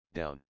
down